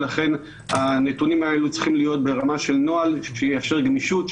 ולכן הנתונים האלו צריכים להיות ברמה של נוהל שיאפשר גמישות,